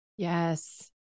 Yes